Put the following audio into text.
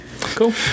Cool